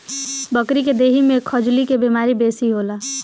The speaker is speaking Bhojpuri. बकरी के देहि में खजुली के बेमारी बेसी होला